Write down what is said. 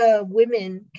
women